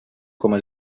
coma